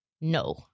no